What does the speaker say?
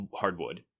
hardwood